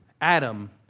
Adam